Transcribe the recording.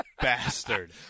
Bastard